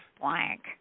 blank